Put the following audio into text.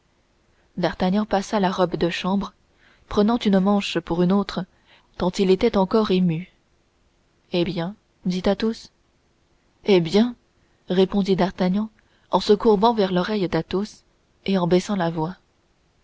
d'artagnan passa la robe de chambre prenant une manche pour une autre tant il était encore ému eh bien dit athos eh bien répondit d'artagnan en se courbant vers l'oreille d'athos et en baissant la voix